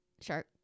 Shark